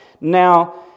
Now